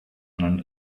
and